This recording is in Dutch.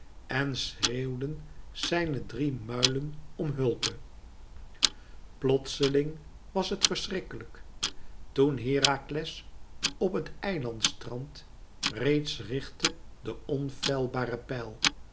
en schreeuwden zijne drie muilen om hulpe plotseling was het verschrikkelijk toen herakles op het eilandstrand reeds richtte de onfeilbare pijl